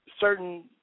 certain